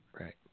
right